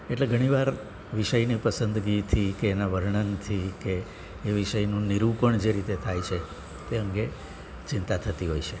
એટલે ઘણી વાર વિષયની પસંદગીથી કે એના વર્ણનથી એ એ વિષયનું નિરૂપણ જે રીતે થાય છે તે અંગે ચિંતા થતી હોય છે